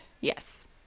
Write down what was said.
Yes